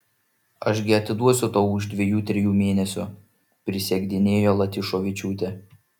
aš gi atiduosiu tau už dviejų trijų mėnesių prisiekdinėjo latyšovičiūtė